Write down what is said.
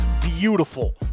beautiful